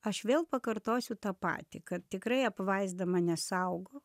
aš vėl pakartosiu tą patį kad tikrai apvaizda mane saugo